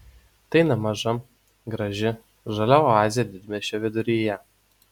tai nemaža graži žalia oazė didmiesčio viduryje